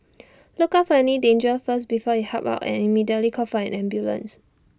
look out any danger first before you help out and immediately call for an ambulance